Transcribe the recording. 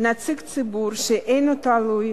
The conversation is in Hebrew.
נציג ציבור שאינו תלוי